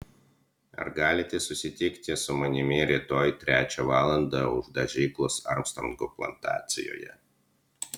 ar galite susitikti su manimi rytoj trečią valandą už dažyklos armstrongo plantacijoje